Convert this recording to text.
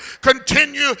continue